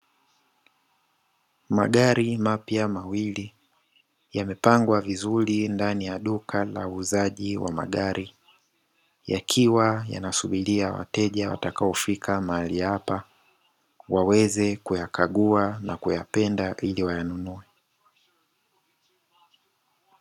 Magari mapya mawili yamepangwa vizuri ndani ya duka la uuzaji wa magari, yakiwa yanasubiria wateja watakaofika mahali hapa waweze kuyakagua na kuyapenda ili wayanunue.